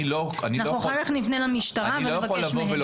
אני לא יכול לבוא ולומר,